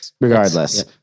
Regardless